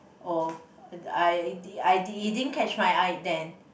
oh I I it didn't catch my eye then